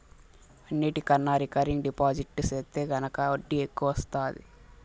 అన్నిటికన్నా recurring deposit సెత్తే గనక ఒడ్డీ ఎక్కవొస్తాది